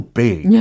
big